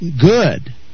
Good